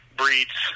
breeds